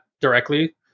directly